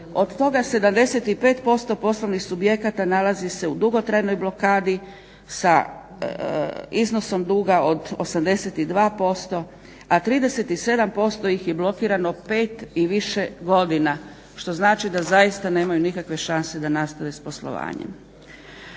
od toga 75% poslovnih subjekata nalazi se u dugotrajnoj blokadi sa iznosom duga od 82%, a 37% ih je blokirano pet i više godina što znači da zaista nemaju nikakve šanse da nastave s poslovanjem.